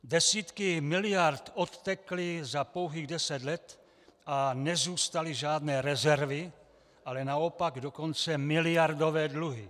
Desítky miliard odtekly za pouhých deset let a nezůstaly žádné rezervy, ale naopak dokonce miliardové dluhy.